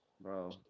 Bro